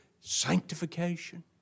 Sanctification